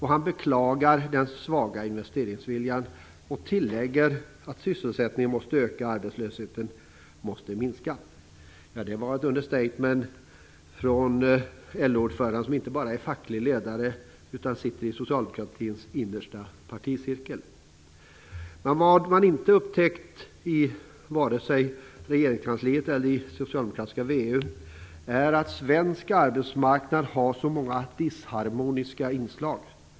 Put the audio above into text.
Han beklagar den svaga investeringsviljan och tillägger att sysselsättningen måste öka och arbetslösheten måste minska. Ja, det var ett understatement från LO-ordföranden, som inte bara är facklig ledare, utan sitter i Socialdemokraternas innersta particirkel. Men vad som man inte upptäckt vare sig i regeringskansliet eller i socialdemokratiska VU är att svensk arbetsmarknad har så många disharmoniska inslag.